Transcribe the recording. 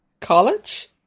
College